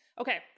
Okay